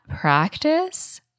practice